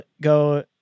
go